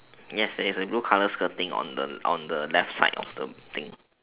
yes there's a blue colour skirting on the on the left side of the thing